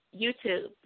YouTube